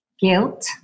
Guilt